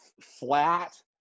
flat